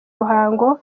ruhango